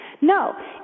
No